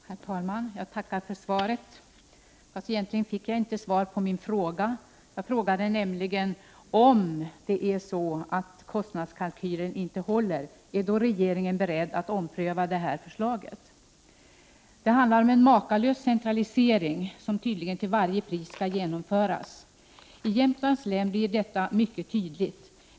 Herr talman! Jag tackar för svaret, fast jag egentligen inte fick svar på min fråga. Jag frågade nämligen: Om det är så att kostnadskalkylen inte håller, är då regeringen beredd att ompröva förslaget? Det handlar om en makalös centralisering som tydligen skall genomföras till varje pris. I Jämtlands län blir detta mycket tydligt.